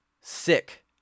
sick